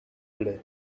velay